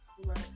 Right